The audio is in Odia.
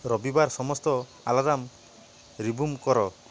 ରବିବାର ସମସ୍ତ ଆଲାର୍ମ୍ ରମୁଭ୍ କର